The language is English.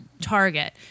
target